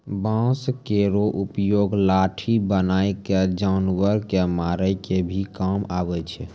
बांस केरो उपयोग लाठी बनाय क जानवर कॅ मारै के भी काम आवै छै